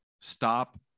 stop